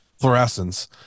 fluorescence